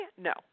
No